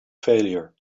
failure